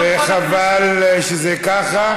וחבל שזה ככה.